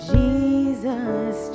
Jesus